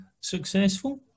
successful